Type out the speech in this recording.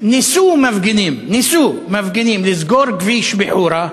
ניסו מפגינים, ניסו, לסגור כביש בחורה,